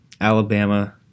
Alabama